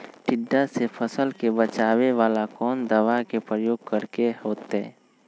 टिड्डा से फसल के बचावेला कौन दावा के प्रयोग करके होतै?